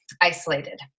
isolated